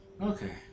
Okay